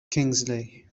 kingsley